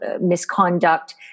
misconduct